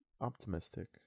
optimistic